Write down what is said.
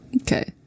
okay